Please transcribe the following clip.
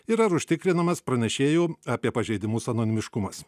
ir ar užtikrinamas pranešėjų apie pažeidimus anonimiškumas